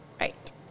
right